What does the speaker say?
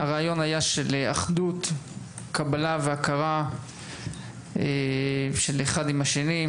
הרעיון היה של אחדות, קבלה והכרה אחד של השני,